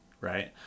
Right